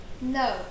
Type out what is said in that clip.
No